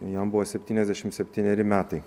jam buvo septyniasdešimt septyneri metai